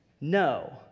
No